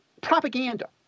propaganda